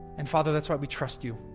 and, father, that's why we trust you.